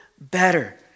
better